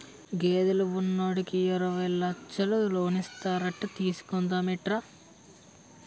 గేదెలు ఉన్నోడికి యిరవై లచ్చలు లోనిస్తారట తీసుకుందా మేట్రా